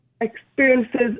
experiences